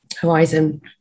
horizon